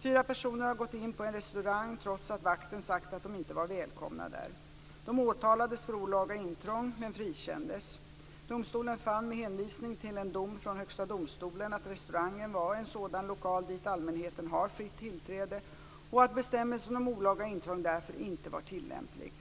Fyra personer hade gått in på en restaurang trots att vakten sagt att de inte var välkomna där. De åtalades för olaga intrång men frikändes. Domstolen fann, med hänvisning till en dom från Högsta domstolen, att restaurangen var en sådan lokal dit allmänheten har fritt tillträde och att bestämmelsen om olaga intrång därför inte var tillämplig.